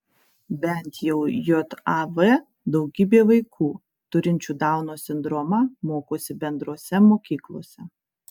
bent jau jav daugybė vaikų turinčių dauno sindromą mokosi bendrose mokyklose